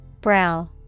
Brow